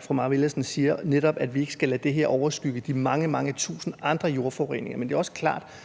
fru Mai Villadsen siger – at vi ikke skal lade det her overskygge de mange, mange tusinde andre jordforureninger.